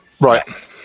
right